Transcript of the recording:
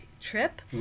trip